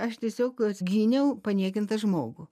aš tiesiog gyniau paniekintą žmogų